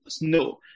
no